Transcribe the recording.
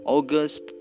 August